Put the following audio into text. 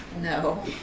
No